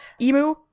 emu